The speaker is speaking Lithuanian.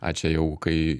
a čia jau kai